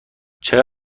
چقدر